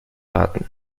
raten